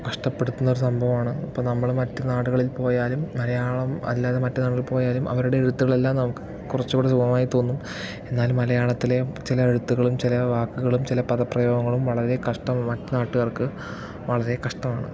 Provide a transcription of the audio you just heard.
കഷ്ടപ്പെടുത്തുന്ന ഒരു സംഭവമാണ് ഇപ്പം നമ്മൾ മറ്റു നാടുകളിൽ പോയാലും മലയാളം അല്ലാതെ മറ്റു നാടുകളിൽ പോയാലും അവരുടെ എഴുത്തുകളെല്ലാം നമുക്ക് കുറച്ചുകൂടി സുഗമമായി തോന്നും എന്നാലും മലയാളത്തിലെ ചില എഴുത്തുകളും ചില വാക്കുകളും ചില പദപ്രയോഗങ്ങളും വളരെ കഷ്ടമാണ് മറ്റു നാട്ടുകാർക്ക് വളരെ കഷ്ടമാണ്